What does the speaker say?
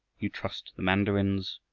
you trust the mandarins,